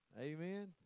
Amen